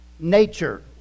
Nature